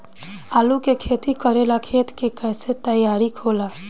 आलू के खेती करेला खेत के कैसे तैयारी होला?